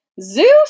Zeus